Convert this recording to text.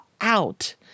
out